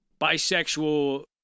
bisexual